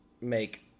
make